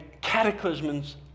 cataclysms